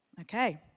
Okay